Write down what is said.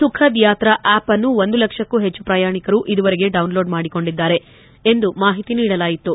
ಸುಖದ್ ಯಾತ್ರಾ ಆಪ್ಅನ್ನು ಒಂದು ಲಕ್ಷಕ್ಕೂ ಹೆಚ್ಚು ಪ್ರಯಾಣಿಕರು ಇದುವರೆಗೆ ಡೌನ್ಲೋಡ್ ಮಾಡಿಕೊಂಡಿದ್ದಾರೆ ಎಂದು ಮಾಹಿತಿ ನೀಡಲಾಯಿತು